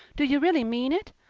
do you really mean it?